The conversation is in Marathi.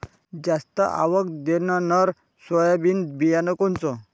जास्त आवक देणनरं सोयाबीन बियानं कोनचं?